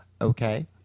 Okay